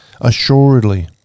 assuredly